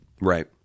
right